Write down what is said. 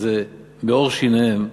שזה בעור שיניהם,